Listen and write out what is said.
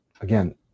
again